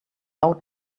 out